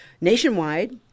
nationwide